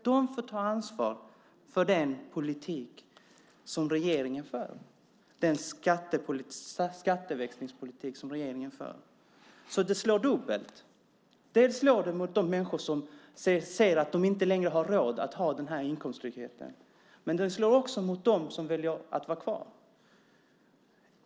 De får ta ansvar för den politik som regeringen för, den skatteväxlingspolitik som regeringen för. Det slår alltså dubbelt. Dels slår det mot de människor som ser att de inte längre har råd att ha den här inkomsttryggheten, dels slår det mot dem som väljer att vara kvar.